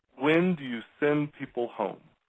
when do you send people home?